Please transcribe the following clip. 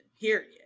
period